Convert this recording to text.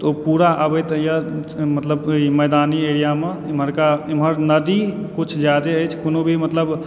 तऽओ पूरा आबैत यऽ मतलब मैदानी एरिआमे एमहरका एमहर नदी किछु जादे अछि कोनो भी मतलब